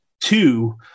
Two